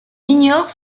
ignore